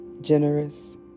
generous